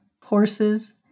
horses